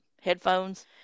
headphones